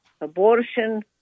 abortion